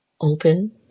open